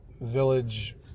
village